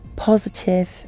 positive